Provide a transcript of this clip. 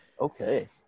Okay